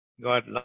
God